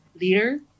leader